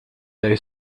dig